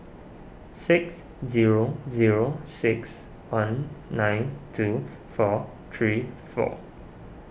six zero zero six one nine two four three four